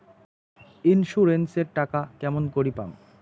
Insurance এর টাকা কেমন করি পাম?